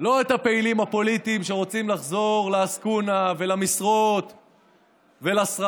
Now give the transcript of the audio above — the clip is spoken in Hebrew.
לא את הפעילים הפוליטיים שרוצים לחזור לעסקונה ולמשרות ולשררה,